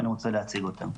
ואני רוצה להציג אותם.